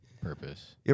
Purpose